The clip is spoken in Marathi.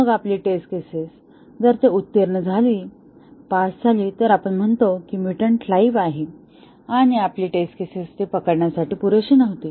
मग आपली टेस्ट केसेस जर ते उत्तीर्ण झाली तर आपण म्हणतो की म्युटंट लाईव्ह आहे आणि आपली टेस्ट केसेस ते पकडण्यासाठी पुरेशी नव्हती